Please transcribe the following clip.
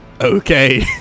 Okay